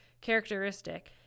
characteristic